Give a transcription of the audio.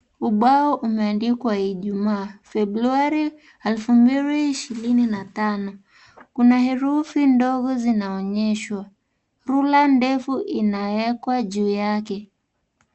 .Ubao umeandikwa ijumaa februari elfu mbili ishirini na tano, Kuna herufu ndogo zinaonyeshwa rula ndefu imewekwa juu yake.